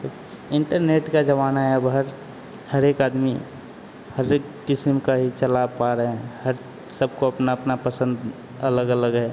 तो इंटरनेट का ज़माना है अब हर हर एक आदमी हर एक क़िस्म का ही चला पा रहे हैं हर सबकी अपनी अपनी पसंद अलग अलग है